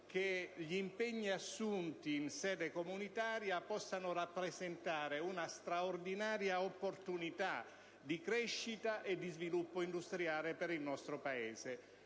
che gli impegni assunti in sede comunitaria possano rappresentare una straordinaria opportunità di crescita e di sviluppo industriale per il nostro Paese.